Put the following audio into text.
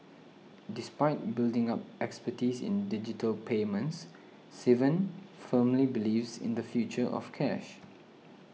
despite building up expertise in digital payments Sivan firmly believes in the future of cash